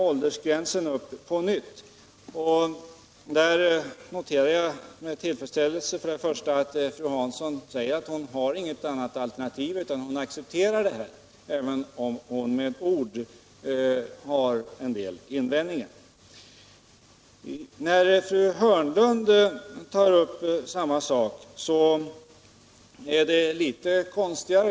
Åldersgränsen kom upp på nytt, men jag noterar med tillfredsställelse att fru Hansson säger att hon inte har något annat alternativ utan accepterar detta även om hon har vissa invändningar. När fru Hörnlund tar upp samma sak är det litet konstigare.